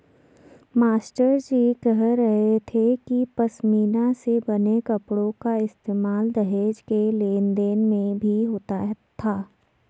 मास्टरजी कह रहे थे कि पशमीना से बने कपड़ों का इस्तेमाल दहेज के लेन देन में भी होता था